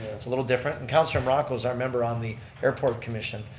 it's a little different and councilor morocco is our member on the airport commission.